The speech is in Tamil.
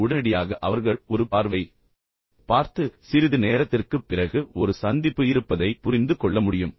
உடனடியாக அவர்கள் ஒரு பார்வை பார்த்து சிறிது நேரத்திற்குப் பிறகு ஒரு சந்திப்பு இருப்பதை புரிந்து கொள்ள முடியும்